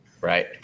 Right